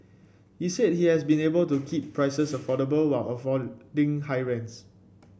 he said he has been able to keep prices affordable while avoiding high rents